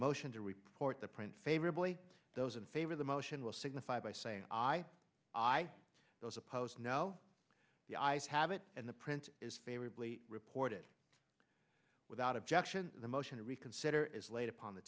motion report the print favorably those in favor of the motion will signify by saying i i those opposed know the eyes have it and the print is favorably reported without objection the motion to reconsider is laid upon the